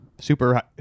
super